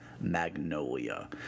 Magnolia